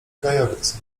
gajowiec